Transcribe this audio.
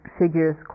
figures